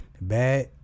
bad